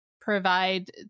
provide